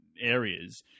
areas